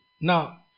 Now